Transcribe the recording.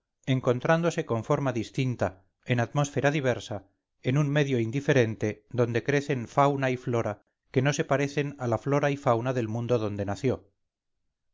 encontrándose con forma distinta en atmósfera diversa en un medio diferente donde crecen fauna y flora que no se parecen a la flora y fauna del mundo donde nació